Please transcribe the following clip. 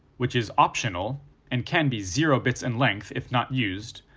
which is optional and can be zero bits in length if not used,